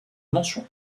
mention